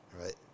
right